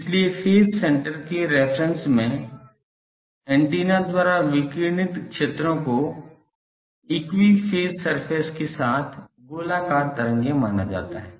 इसलिए phase centre के reference में एंटीना द्वारा विकिरणित क्षेत्रों को इक्वी फेज सरफेस के साथ गोलाकार तरंगें माना जाता है